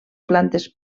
plantes